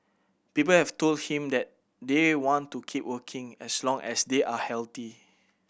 people have told him that they want to keep working as long as they are healthy